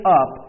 up